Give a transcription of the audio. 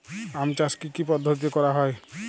আম চাষ কি কি পদ্ধতিতে করা হয়?